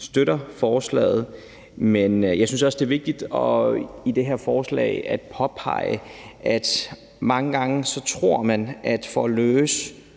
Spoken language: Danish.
støtter forslaget. Jeg synes også, det er vigtigt i forhold til det her at påpege, at mange gange tror man, at for at løse